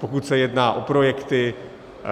Pokud se jedná o projekty,